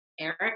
Eric